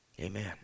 Amen